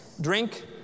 Drink